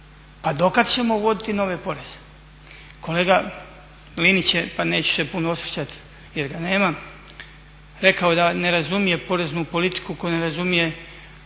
Pa dokad ćemo uvoditi nove poreze? Kolega Linić je, pa neću se puno osvrtat jer ga nema, rekao je da ne razumije poreznu politiku koju ne razumije